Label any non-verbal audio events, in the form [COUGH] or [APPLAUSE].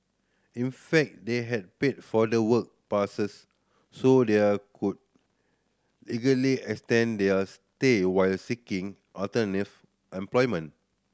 in fact they had paid for the work passes so they are could legally extend their stay while seeking [UNINTELLIGIBLE] employment